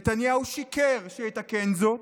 נתניהו שיקר שיתקן זאת